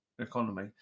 Economy